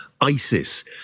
ISIS